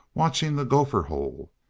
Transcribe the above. watching the gopher hole.